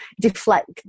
Deflect